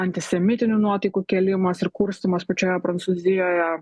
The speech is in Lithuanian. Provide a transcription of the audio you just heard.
antisemitinių nuotaikų kėlimas ir kurstymas pačioje prancūzijoje